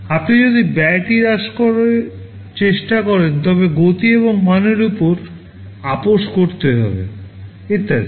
আপনি যদি ব্যয়টি হ্রাস করার চেষ্টা করেন তবে গতি এবং মানের উপর আপোষ করতে হবেইত্যাদি